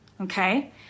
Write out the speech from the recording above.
okay